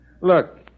Look